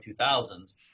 2000s